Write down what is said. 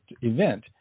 event